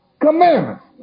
commandments